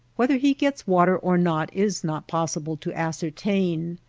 whether he gets water or not is not possible to ascertain.